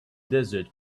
desert